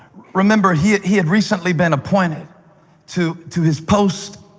remember, he he had recently been appointed to to his post